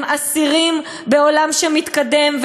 הם אסירים בעולם שמתקדם,